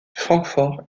francfort